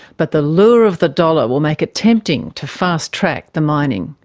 but the lure of the dollar will make it tempting to fast-track the mining.